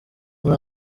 muri